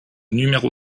numéro